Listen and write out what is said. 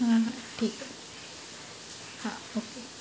हां ठीक आहे हां ओके